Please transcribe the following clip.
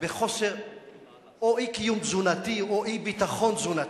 בחוסר או באי-קיום תזונתי או באי-ביטחון תזונתי.